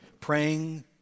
praying